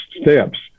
steps